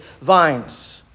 vines